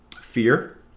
Fear